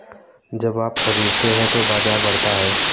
जब आप खरीदते हैं तो बाजार बढ़ता है